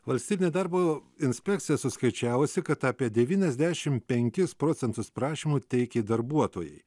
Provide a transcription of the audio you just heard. valstybinė darbo inspekcija suskaičiavusi kad apie devyniasdešim penkis procentus prašymų teikė darbuotojai